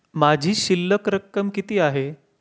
माझी शिल्लक रक्कम किती आहे?